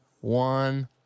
one